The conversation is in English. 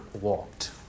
walked